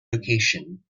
location